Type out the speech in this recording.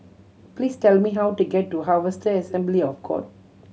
please tell me how to get to Harvester Assembly of God